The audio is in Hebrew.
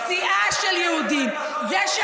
פציעה של יהודים, אז נפסיק להעביר כסף להתנחלויות?